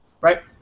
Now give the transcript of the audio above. right